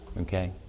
Okay